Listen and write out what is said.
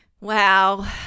wow